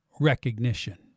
recognition